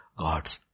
God's